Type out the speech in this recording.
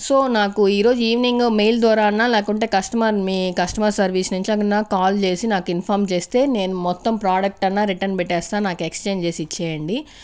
so నాకు ఈ రోజు ఈవినింగ్ మెయిల్ ద్వారా లేకుంటే కస్టమర్ మీ కస్టమర్ సర్వీస్ నుంచి అన్నా నాకు కాల్ చేసి నాకు ఇన్ఫామ్ చేస్తే నేను మొత్తం ప్రాడక్ట్ అన్నా రిటర్న్ పెట్టేస్తాను నాకు ఎక్స్చేంజ్ చేసి ఇచ్చేయండి